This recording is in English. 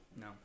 No